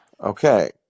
Okay